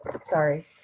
sorry